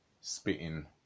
spitting